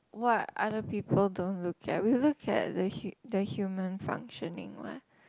what other people don't look at we look at the hu~ the human functioning what